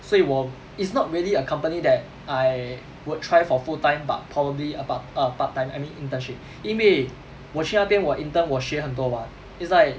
所以我 it's not really a company that I would try for full time but probably about err part time I mean internship 因为我去那边我 intern 我学很多 what it's like